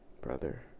brother